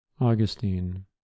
Augustine